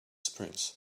sprints